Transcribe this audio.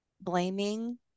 blaming